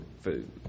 food